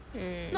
mm